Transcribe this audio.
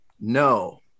No